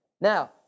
Now